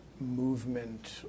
movement